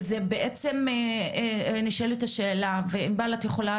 וזה בעצם נשאלת השאלה, וענבל, את יכולה